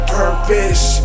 purpose